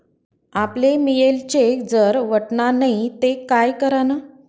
आपले mail check जर वटना नै ते काय करानं?